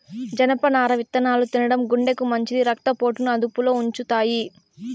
జనపనార విత్తనాలు తినడం గుండెకు మంచిది, రక్త పోటును అదుపులో ఉంచుతాయి